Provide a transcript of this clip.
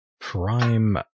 prime